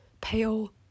pale